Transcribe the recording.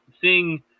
Seeing